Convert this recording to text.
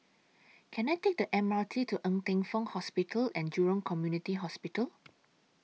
Can I Take The M R T to Ng Teng Fong Hospital and Jurong Community Hospital